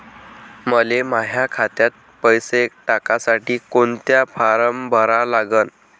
मले माह्या खात्यात पैसे टाकासाठी कोंता फारम भरा लागन?